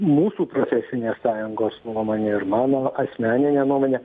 mūsų profesinės sąjungos nuomone ir mano asmenine nuomone